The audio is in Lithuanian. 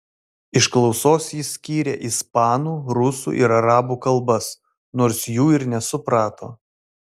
iš klausos jis skyrė ispanų rusų ir arabų kalbas nors jų ir nesuprato